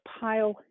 pile